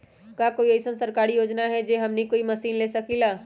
का कोई अइसन सरकारी योजना है जै से हमनी कोई मशीन ले सकीं ला?